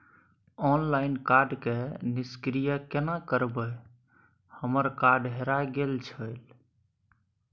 Online card के निष्क्रिय केना करबै हमर कार्ड हेराय गेल छल?